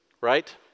Right